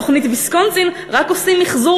בתוכנית ויסקונסין רק עושים מיחזור